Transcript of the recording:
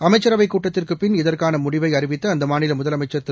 அமைச்சரவைக் கூட்டத்திற்குப் பின் இதற்கான முடிவை அறிவித்த அந்த மாநில முதலமைச்சர் திரு